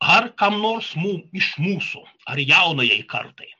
ar kam nors mū iš mūsų ar jaunajai kartai